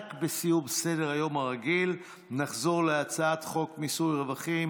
רק בסיום סדר-היום הרגיל נחזור להצעת חוק מיסוי רווחים